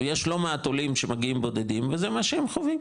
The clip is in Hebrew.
יש לא מעט עולים שמגיעים בודדים וזה מה שהם חווים